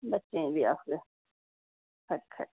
बच्चें बी आखगे खरी खरी